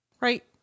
Right